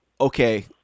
okay